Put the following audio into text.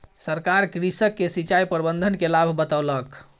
सरकार कृषक के सिचाई प्रबंधन के लाभ बतौलक